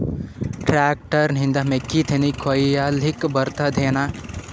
Tractor ನಿಂದ ಮೆಕ್ಕಿತೆನಿ ಕೊಯ್ಯಲಿಕ್ ಬರತದೆನ?